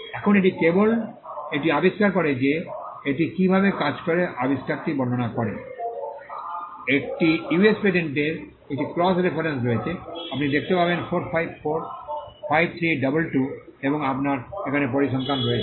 এখন এটি কেবল এটি আবিষ্কার করে যে এটি কীভাবে কাজ করে আবিষ্কারটি বর্ণনা করে একটি US পেটেন্টের একটি ক্রস রেফারেন্স রয়েছে আপনি দেখতে পারেন 4545322 এবং আপনার এখানে পরিসংখ্যান রয়েছে